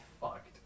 fucked